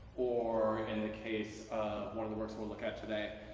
or in the case of one of the works we'll look at today,